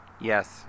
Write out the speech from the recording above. Yes